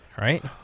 right